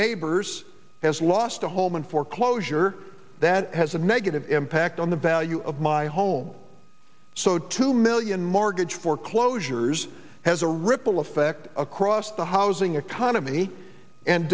neighbors has lost a home in foreclosure that has a negative impact on the value of my home so two million mortgage foreclosures has a ripple effect across the housing economy and